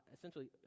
essentially